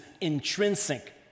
intrinsic